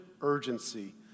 urgency